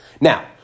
Now